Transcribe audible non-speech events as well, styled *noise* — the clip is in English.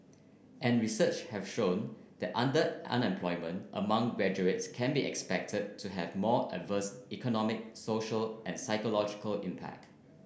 and research have shown that *unintelligible* amongst graduates can be expected to have more adverse economic social and psychological impact